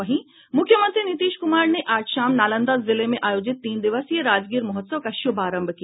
वहीं मुख्यमंत्री नीतीश कुमार ने आज शाम नालंदा जिले में आयोजित तीन दिवसीय राजगीर महोत्सव का शुभारंभ किया